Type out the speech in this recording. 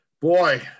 boy